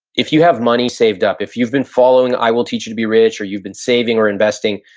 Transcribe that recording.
if you have money saved up, if you've been following, i will teach you to be rich, or you've been saving or investing,